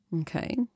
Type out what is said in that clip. Okay